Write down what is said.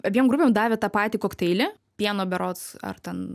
abiem grupėm davė tą patį kokteilį pieno berods ar ten